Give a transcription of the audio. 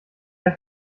der